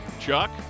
Chuck